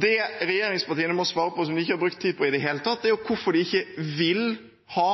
Det regjeringspartiene må svare på, som de ikke har brukt tid på i det hele tatt, er hvorfor de ikke